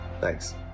Thanks